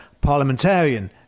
parliamentarian